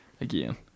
again